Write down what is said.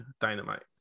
Dynamite